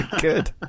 Good